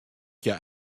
hja